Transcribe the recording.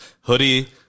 hoodie